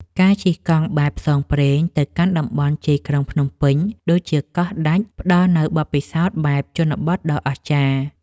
ការជិះកង់បែបផ្សងព្រេងទៅកាន់តំបន់ជាយក្រុងភ្នំពេញ ដូចជាកោះដាច់ ផ្ដល់នូវបទពិសោធន៍បែបជនបទដ៏អស្ចារ្យ។